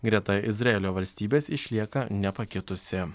greta izraelio valstybės išlieka nepakitusi